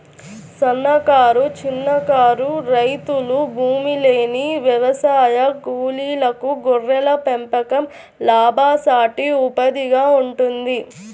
సన్నకారు, చిన్నకారు రైతులు, భూమిలేని వ్యవసాయ కూలీలకు గొర్రెల పెంపకం లాభసాటి ఉపాధిగా ఉంటుంది